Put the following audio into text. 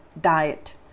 diet